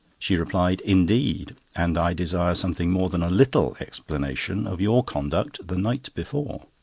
she replied, indeed! and i desire something more than a little explanation of your conduct the night before.